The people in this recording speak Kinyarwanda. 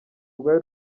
rwari